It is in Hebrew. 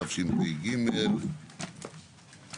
התשפ"ג-2023,